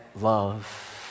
love